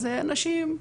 אז אנשים,